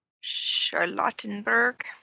Charlottenburg